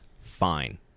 fine